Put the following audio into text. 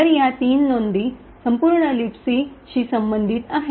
तर या तीन नोंदी संपूर्ण लिबसी शी संबंधित आहेत